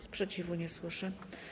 Sprzeciwu nie słyszę.